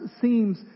seems